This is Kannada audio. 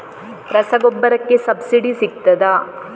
ರಸಗೊಬ್ಬರಕ್ಕೆ ಸಬ್ಸಿಡಿ ಸಿಗ್ತದಾ?